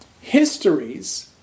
histories